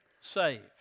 saved